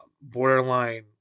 borderline